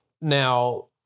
Now